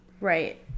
Right